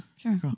sure